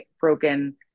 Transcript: broken